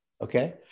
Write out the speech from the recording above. okay